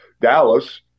Dallas